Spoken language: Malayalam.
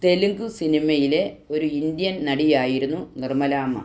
തെലുങ്ക് സിനിമയിലെ ഒരു ഇന്ത്യൻ നടിയായിരുന്നു നിർമ്മലാമ്മ